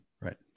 Right